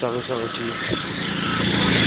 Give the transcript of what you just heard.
چلو چلو ٹھیٖک